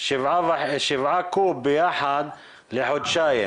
7 קוב לחודשיים.